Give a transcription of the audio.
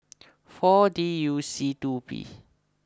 four D U C two P